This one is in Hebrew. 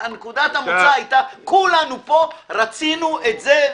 נקודת המוצא היתה, כולנו פה רצינו את זה.